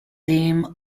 team